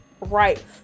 right